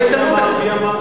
בהזדמנות, מי אמר?